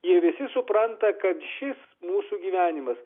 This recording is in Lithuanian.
jie visi supranta kad šis mūsų gyvenimas